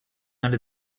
under